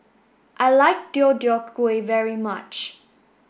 I like Deodeok gui very much